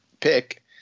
pick